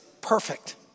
perfect